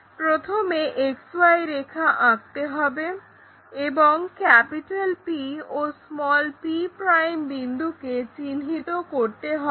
প্রথমে XY রেখা আঁকতে হবে এবং P ও p বিন্দুকে চিহ্নিত করতে হবে